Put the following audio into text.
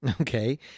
Okay